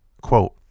Quote